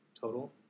total